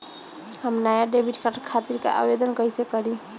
हम नया debit card खातिर आवेदन कईसे करी?